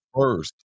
first